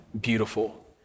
beautiful